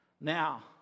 Now